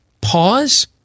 pause